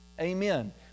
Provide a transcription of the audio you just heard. amen